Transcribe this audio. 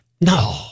no